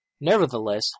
Nevertheless